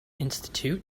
institute